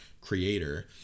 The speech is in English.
creator